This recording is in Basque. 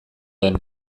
den